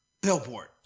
Billboard